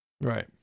Right